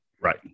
Right